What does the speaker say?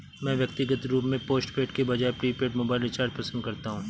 मैं व्यक्तिगत रूप से पोस्टपेड के बजाय प्रीपेड मोबाइल रिचार्ज पसंद करता हूं